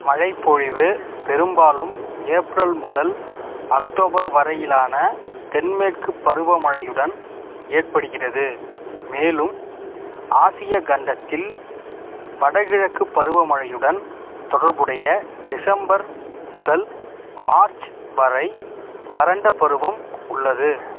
மழைப்பொழிவு பெரும்பாலும் ஏப்ரல் முதல் அக்டோபர் வரையிலான தென்மேற்கு பருவமழையுடன் ஏற்படுகிறது மேலும் ஆசிய கண்டத்தில் வடகிழக்கு பருவமழையுடன் தொடர்புடைய டிசம்பர் முதல் மார்ச் வரை வறண்ட பருவம் உள்ளது